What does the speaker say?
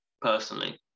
personally